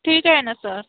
ठीक आहे ना सर